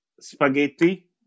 spaghetti